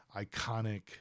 iconic